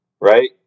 right